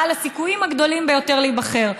בעל הסיכויים הגדולים ביותר להיבחר,